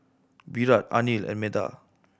Virat Anil and Medha